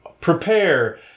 prepare